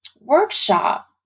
workshop